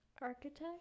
architect